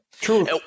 True